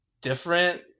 different